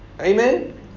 Amen